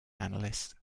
analyst